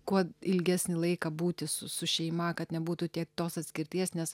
kuo ilgesnį laiką būti su su šeima kad nebūtų tiek tos atskirties nes